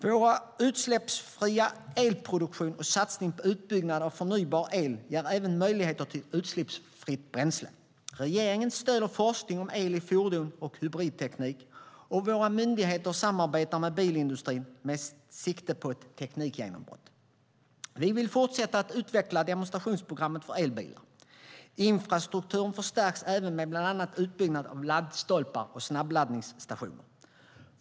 Vår utsläppsfria elproduktion och satsning på utbyggnad av förnybar el ger även möjligheter till utsläppsfritt bränsle. Regeringen stöder forskning om el i fordon och hybridteknik, och våra myndigheter samarbetar med bilindustrin med sikte på ett teknikgenombrott. Vi vill fortsätta att utveckla demonstrationsprogrammet för elbilar. Infrastrukturen förstärks även med bland annat utbyggnad av laddstolpar och snabbladdningsstationer.